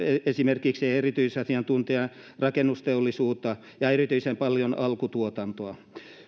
esimerkiksi erityisasiantuntijoita rakennusteollisuutta ja erityisen paljon alkutuotantoa